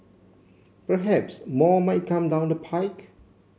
perhaps more might come down the pike